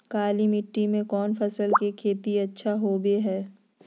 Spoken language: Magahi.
काली मिट्टी में कौन फसल के खेती अच्छा होबो है?